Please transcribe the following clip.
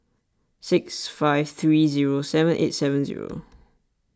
six five three zero seven eight seven zero